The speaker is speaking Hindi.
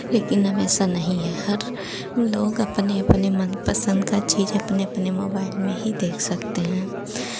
लेकिन अब ऐसा नहीं है हर वो लोग अपने अपने मनपसंद का चीज़ अपने अपने मोबाइल में ही देख सकते हैं